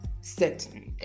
certain